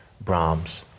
Brahms